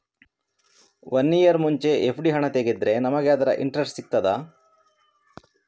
One year ಮುಂಚೆ FD ಹಣ ತೆಗೆದ್ರೆ ನಮಗೆ ಅದರ ಇಂಟ್ರೆಸ್ಟ್ ಸಿಗ್ತದ?